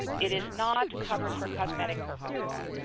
it is not covered for cosmetic purposes.